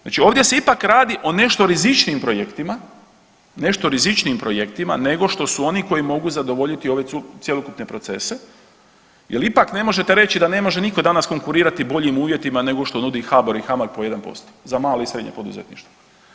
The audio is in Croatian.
Znači ovdje se ipak radi o nešto rizičnijim projektima, nešto rizičnijim projektima nego što su oni koji mogu zadovoljiti ove cjelokupne procese jer ipak, ne možete reći da ne može nitko danas konkurirati boljim uvjetima nego što nudi HBOR i HAMAG po 1% za male i srednje poduzetništvo.